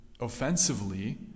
offensively